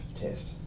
test